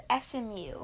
SMU